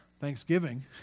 Thanksgiving